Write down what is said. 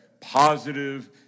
positive